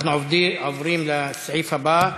אנחנו עוברים לסעיף הבא,